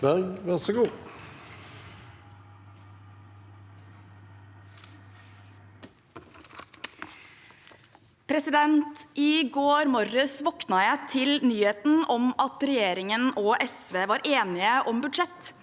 I går morges våknet jeg til nyheten om at regjeringen og SV var enige om budsjettet.